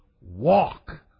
walk